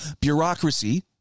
bureaucracy